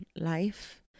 life